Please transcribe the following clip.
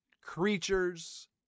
creatures